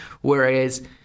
whereas